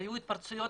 היו התפרצויות